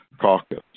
caucus